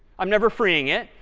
i'm never freeing it.